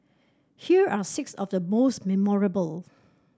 here are six of the most memorable